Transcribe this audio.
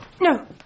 No